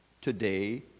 today